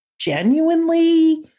genuinely